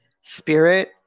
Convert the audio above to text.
spirit